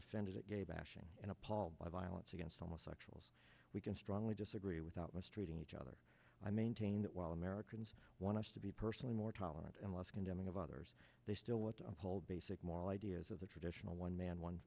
offended at gay bashing and appalled by violence against homosexuals we can strongly disagree without mistreating each other i maintain that while americans want to be personally more tolerant and less condemning of others they still want to uphold basic moral ideas of the traditional one man one